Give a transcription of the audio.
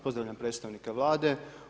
Pozdravljam predstavnike Vlade.